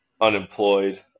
unemployed